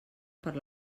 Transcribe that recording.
per